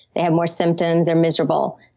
they have more symptoms. they're miserable,